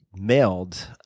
mailed